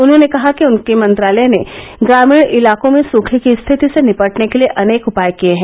उन्होंने कहा कि उनके मंत्रालय ने ग्रामीण इलाकों में सुखे की स्थिति से निपटने के अनेक उपाय किए हैं